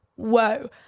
Whoa